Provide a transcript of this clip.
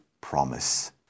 promise